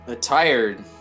Tired